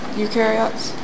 eukaryotes